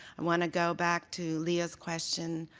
i want to go back to leah's question,